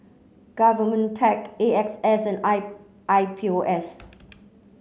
GOVTECH A X S and I I P O S